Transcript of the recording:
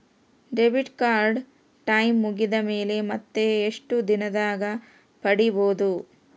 Debit card time ಮುಗಿದ ಮೇಲೆ ಮತ್ತೆ ಎಷ್ಟು ದಿನದಾಗ ಪಡೇಬೋದು?